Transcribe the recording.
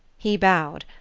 he bowed.